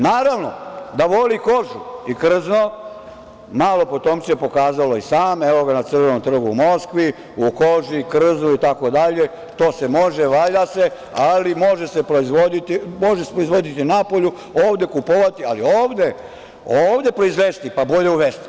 Naravno, da voli kožu i krzno, malo potomče je pokazalo i samo, evo ga na Crvenom trgu u Moskvi, u koži, u krznu, to se može, valja se, ali može se proizvoditi napolju, ovde kupovati, ali ovde, ovde proizvesti, pa bolje je uvesti.